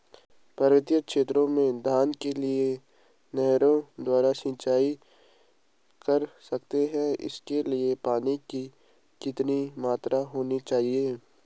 पर्वतीय क्षेत्रों में धान के लिए नहरों द्वारा सिंचाई कर सकते हैं इसके लिए पानी की कितनी मात्रा होनी चाहिए?